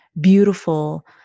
beautiful